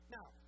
Now